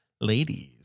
ladies